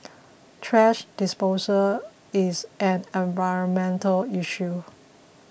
thrash disposal is an environmental issue